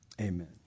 amen